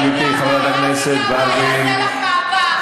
אבי גבאי, אבי גבאי יעשה לך מהפך.